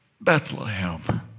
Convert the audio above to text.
Bethlehem